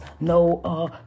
No